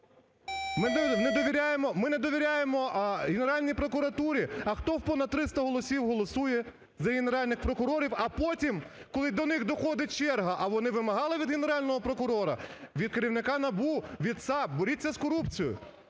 Ми не довіряємо Генеральній прокуратурі? А, хто в понад 300 голосів голосує за Генеральних прокурорів, а потім, коли до них доходить черга… А вони вимагали від Генерального прокурора, від керівника НАБУ, від САП: боріться з корупцією.